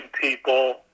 people